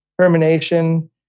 termination